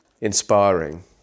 inspiring